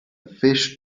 fish